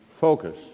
focus